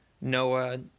Noah